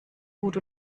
gut